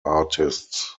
artists